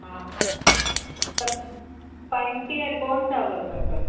हा त पंजटीह कोन्ह अथव घटि